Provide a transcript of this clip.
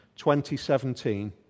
2017